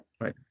Right